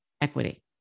Equity